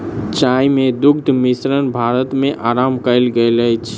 चाय मे दुग्ध मिश्रण भारत मे आरम्भ कयल गेल अछि